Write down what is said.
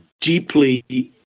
deeply